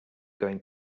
going